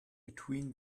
between